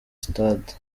stade